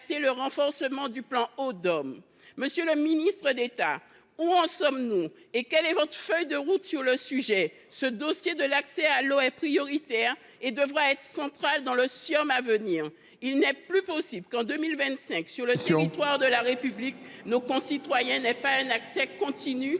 Monsieur le ministre d’État, où en sommes nous, et quelle est votre feuille de route sur le sujet ? Le dossier de l’accès à l’eau est prioritaire et devra être central lors du prochain Ciom. Il n’est plus possible que, en 2025, sur le territoire de la République, nos concitoyens n’aient pas un accès continu à